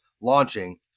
launching